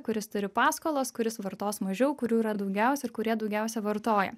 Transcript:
kuris turi paskolas kuris vartos mažiau kurių yra daugiausia ir kurie daugiausia vartoja